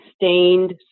sustained